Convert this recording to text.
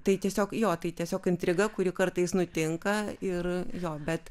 tai tiesiog jo tai tiesiog intriga kuri kartais nutinka ir jo bet